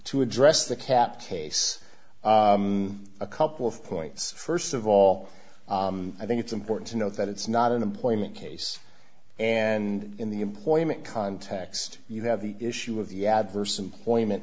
to address the cap case a couple of points st of all i think it's important to note that it's not an employment case and in the employment context you have the issue of the adverse employment